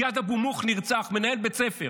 זיאד אבו מוך נרצח, מנהל בית ספר.